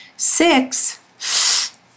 Six